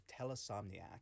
Telesomniac